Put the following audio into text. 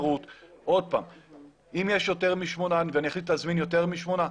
אם יש יותר משמונה ואני אחליט להזמין יותר משמונה,